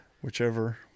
Whichever